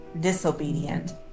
disobedient